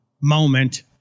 moment